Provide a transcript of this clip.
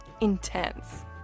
Intense